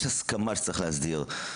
יש הסכמה שצריך להסדיר,